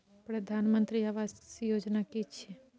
प्रधानमंत्री आवास योजना कि छिए?